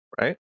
right